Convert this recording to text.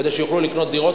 כדי שיוכלו לקנות דירות.